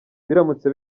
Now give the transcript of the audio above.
biramutse